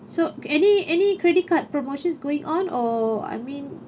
so any any credit card promotions going on or I mean